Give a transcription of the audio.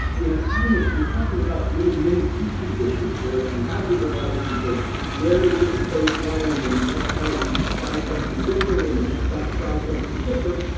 you know kind of you're talking about little mini-petri dishes where if you have the device you could wear it and get your baseline, and then the next night you could try something different, and the next night try something different,